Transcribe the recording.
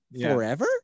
forever